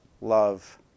love